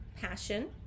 passion